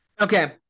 Okay